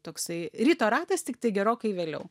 toksai ryto ratas tiktai gerokai vėliau